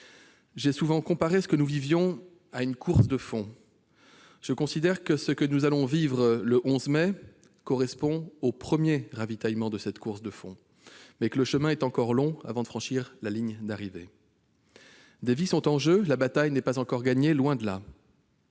J'ai souvent comparé ce que nous vivions à une course de fond : le 11 mai correspondra au premier ravitaillement de cette course de fond, mais le chemin sera encore long avant de franchir la ligne d'arrivée. Des vies sont en jeu ; la bataille n'est pas encore gagnée, loin de là.